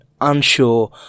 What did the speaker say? unsure